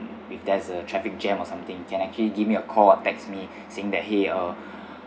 with there's a traffic jam or something can actually give me a call or text me saying that !hey! uh